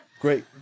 Great